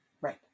Right